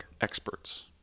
experts